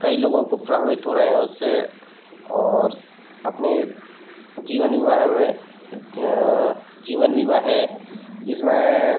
कई लोगों को प्रभावित हो रहे हैं उससे और अपने जीवन में जीवन बीमा है जिसमें